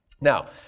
Now